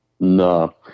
No